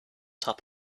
top